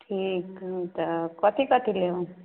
ठीक तऽ कथी कथी लेब